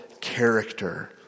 character